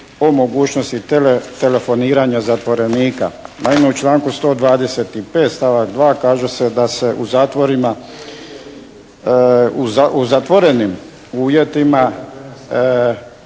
o mogućnosti telefoniranja zatvorenika. Naime, u članku 125. stavak 2. kaže se da se u zatvorenim uvjetima